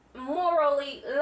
morally